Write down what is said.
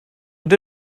und